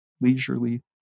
leisurely